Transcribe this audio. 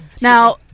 Now